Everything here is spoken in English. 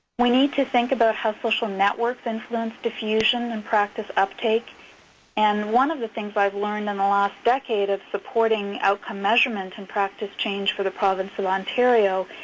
we need to think about how social networks influence diffusion and practice uptake and one of the things i've learned in the last decade of supporting outcome measurement and practice change for the province of ontario,